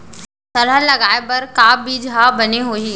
थरहा लगाए बर का बीज हा बने होही?